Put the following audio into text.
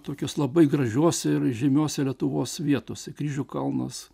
tokiose labai gražiose ir žymiose lietuvos vietose kryžių kalnas